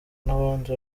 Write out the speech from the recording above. n’abandi